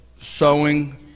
sowing